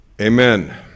Amen